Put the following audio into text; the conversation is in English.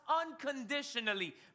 unconditionally